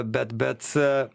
bet bet